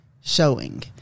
showing